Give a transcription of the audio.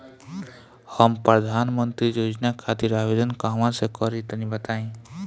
हम प्रधनमंत्री योजना खातिर आवेदन कहवा से करि तनि बताईं?